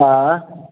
आएँ